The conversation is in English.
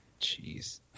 Jeez